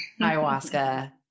ayahuasca